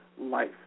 life